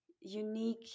unique